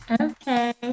Okay